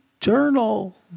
Journal